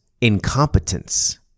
incompetence